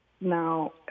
Now